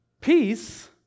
peace